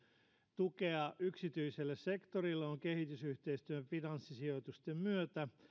tukea yksityiselle sektorille on kehitysyhteistyön finanssisijoitusten myötä